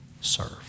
serve